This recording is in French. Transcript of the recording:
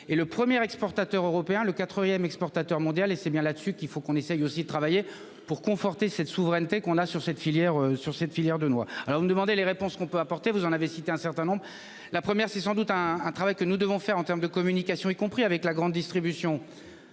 est le premier exportateur européen le 4ème exportateur mondial et c'est bien là dessus qu'il faut qu'on essaye aussi de travailler pour conforter cette souveraineté qu'on a sur cette filière sur cette filière de noix. Alors vous me demander les réponses qu'on peut apporter. Vous en avez cité un certain nombre. La première c'est sans doute un, un travail que nous devons faire en terme de communication, y compris avec la grande distribution.